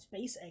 SpaceX